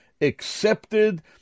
accepted